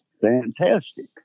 fantastic